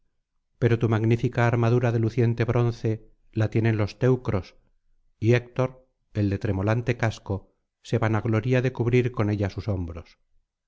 pero tu magnífica armadura de luciente bronce la tienen los teucros y héctor el de tremolante casco se vanagloria de cubrir con ella sus hombros